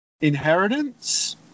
inheritance